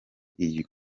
iyi